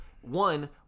One